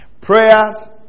Prayers